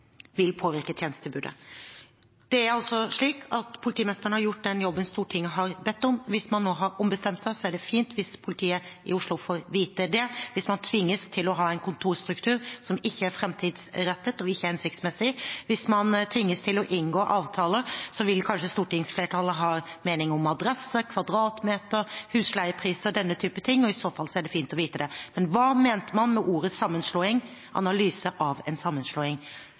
er altså slik at politimesteren har gjort den jobben Stortinget har bedt om. Hvis man nå har ombestemt seg, er det fint hvis politiet i Oslo får vite det. Hvis man tvinges til å ha en kontorstruktur som ikke er framtidsrettet eller hensiktsmessig, hvis man tvinges til å inngå avtaler, vil kanskje stortingsflertallet ha en mening om adresse, kvadratmeter, husleiepris og den type ting, og i så fall er det fint å vite det. Men hva mente man med ordet «sammenslåing» og analyse av en sammenslåing?